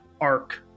arc